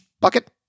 bucket